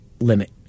limit